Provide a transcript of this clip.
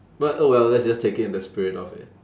but oh well let's just take it in the spirit of it